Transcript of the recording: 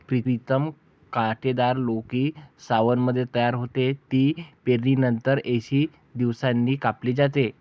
प्रीतम कांटेदार लौकी सावनमध्ये तयार होते, ती पेरणीनंतर ऐंशी दिवसांनी कापली जाते